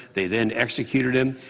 they then executed them.